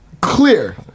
clear